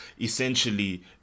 essentially